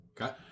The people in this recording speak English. Okay